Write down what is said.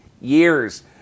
years